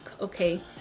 okay